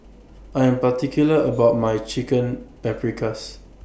I Am particular about My Chicken Paprikas